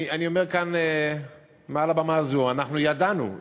אני אומר כאן מעל במה זו: אנחנו ידענו,